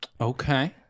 Okay